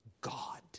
God